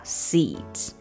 seeds